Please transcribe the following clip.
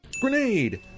Grenade